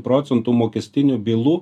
procentų mokestinių bylų